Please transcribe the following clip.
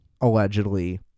allegedly